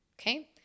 okay